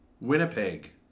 Winnipeg